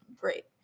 great